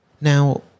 Now